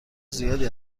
زیادی